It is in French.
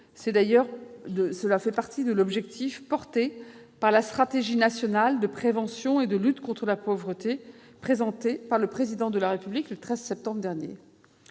Cela fait partie de l'objectif visé par la stratégie nationale de prévention et de lutte contre la pauvreté, présentée par le Président de la République le 13 septembre dernier.